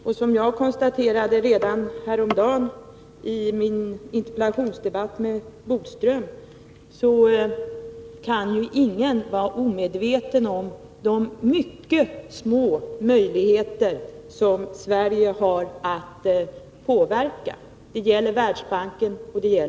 Men som jag konstaterade häromdagen i min interpellationsdebatt med Lennart Bodström, kan ju ingen vara omedveten om de mycket små möjligheter som Sverige har när det gäller att påverka ställningstagandena i Världsbanken och i IDB.